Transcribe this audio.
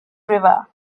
river